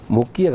Mukia